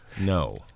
No